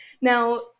Now